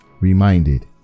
Reminded